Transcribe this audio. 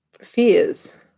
fears